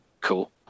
Cool